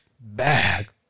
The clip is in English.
bag